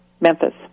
Memphis